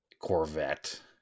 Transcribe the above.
Corvette